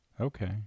Okay